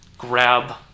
grab